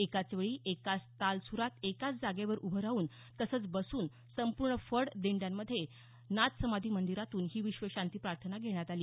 एकाच वेळी एकाच ताल सुरात एकाच जागेवर उभे राहून किंवा बसुन संपूर्ण फड दिंड्यांमध्ये तसंच नाथ समाधी मंदिरातून ही विश्व शांती प्रार्थना घेण्यात आली